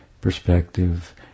perspective